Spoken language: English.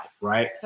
Right